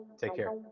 take care